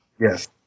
Yes